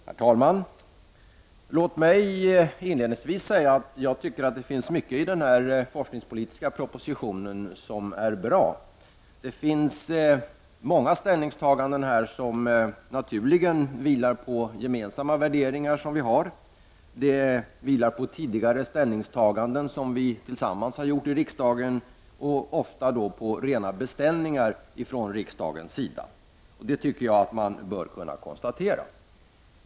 Herr talman! Låt mig inledningsvis säga att jag tycker att det finns mycket i den forskningspolitiska propositionen som är bra. Det finns många ställningstaganden här som naturligen vilar på gemensamma värderingar som vi har. De vilar på tidigare ställningstaganden som vi tillsammans har gjort i riksdagen, som ofta fått formen av beställningar från riksdagens sida. Det tycker jag att man bör kunna konstatera.